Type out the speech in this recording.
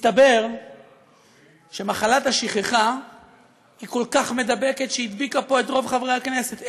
מסתבר שמחלת השכחה היא כל כך מידבקת שהיא הדביקה פה את רוב חברי הכנסת,